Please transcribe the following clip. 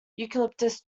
eucalyptus